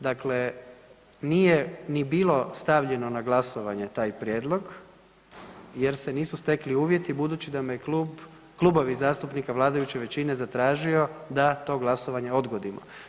Dakle, nije ni bilo stavljeno na glasovanje taj prijedlog jer se nisu stekli uvjeti budući da me je klub, klubovi zastupnika vladajuće većine zatražio da to glasovanje odgodimo.